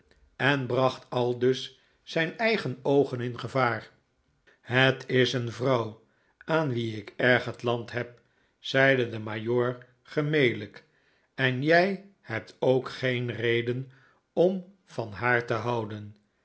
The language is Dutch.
en bracht aldus zijn eigen oogen in gevaar het is een vrouw aan wie ik erg het land heb zeide de majoor gemelijk en jij hcbt ook geen reden om van haar te houden